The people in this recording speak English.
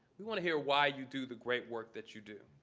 we want to hear why you do the great work that you do.